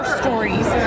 stories